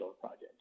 project